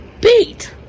beat